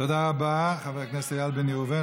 תודה רבה, חבר הכנסת איל בן ראובן.